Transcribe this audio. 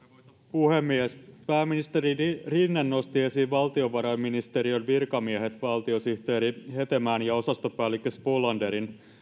puhemies pääministeri rinne nosti esiin valtiovarainministeriön virkamiehet valtiosihteeri hetemäen ja osastopäällikkö spolanderin